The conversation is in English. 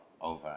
over